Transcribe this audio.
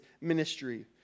ministry